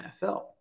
NFL